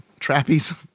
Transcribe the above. trappies